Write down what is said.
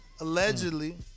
allegedly